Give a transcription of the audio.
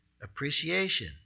appreciation